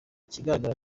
ikigaragara